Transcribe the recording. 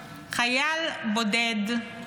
חייל בודד,